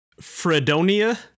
fredonia